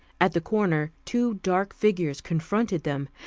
at the corner two dark figures confronted them,